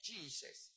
Jesus